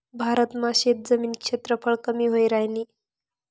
भारत मा शेतजमीन क्षेत्रफळ कमी व्हयी राहीन